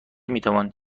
میتوان